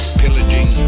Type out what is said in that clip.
pillaging